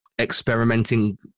experimenting